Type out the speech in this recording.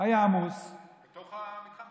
היה עמוס, בתוך המתחם?